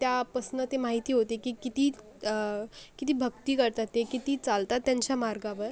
त्यापासनं ते माहिती होते की किती किती भक्ती करतात ते किती चालतात त्यांच्या मार्गावर